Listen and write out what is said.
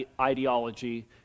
ideology